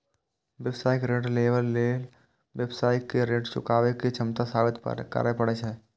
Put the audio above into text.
व्यावसायिक ऋण लेबय लेल व्यवसायी कें ऋण चुकाबै के क्षमता साबित करय पड़ै छै